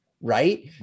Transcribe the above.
right